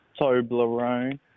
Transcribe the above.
Toblerone